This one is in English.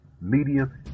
medium